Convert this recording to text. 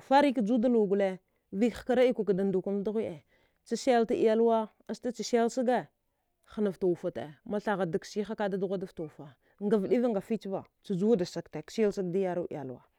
farika juwada luwa gole zdik hkara kadikada ndukim dughude chaselta iyalwa astacha selsaga hnafta wufate mathaghgha dagsiha kada dughudafta wufa ngavɗiva ngafichva cha juwada sagte da yarwa iyalwa